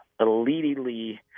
elitely